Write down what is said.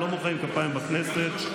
לא מוחאים כפיים בכנסת.